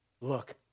Look